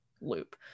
loop